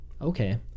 okay